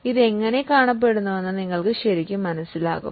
ഇത് എങ്ങനെ കാണപ്പെടുന്നുവെന്ന് നിങ്ങൾക്ക് അനുഭവപ്പെടും